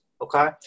okay